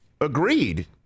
agreed